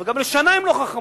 אבל גם לשנה הן לא חכמות.